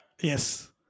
Yes